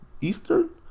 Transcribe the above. Eastern